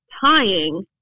tying